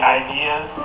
ideas